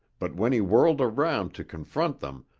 but when he whirled around to confront them,